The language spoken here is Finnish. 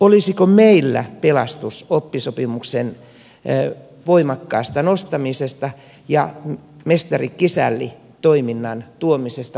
olisiko meillä pelastus oppisopimuksen voimakkaassa nostamisessa ja mestarikisälli toiminnan tuomisessa työelämään